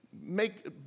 make